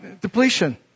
depletion